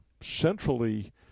centrally